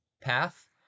path